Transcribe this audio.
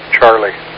Charlie